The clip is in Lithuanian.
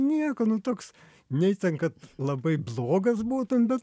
nieko nu toks nei ten kad labai blogas būtum bet